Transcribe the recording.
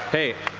hey,